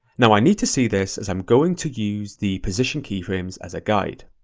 now i need to see this as i'm going to use the position keyframes as a guide.